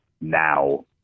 now